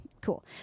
Cool